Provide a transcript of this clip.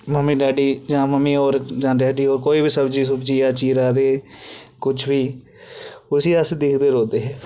mummy daddy जां mummy होर जंदे हे कोई बी सब्जी सुब्जियां चीरा दे कुछ बी उसी अस दिक्खदे रौहंदे हे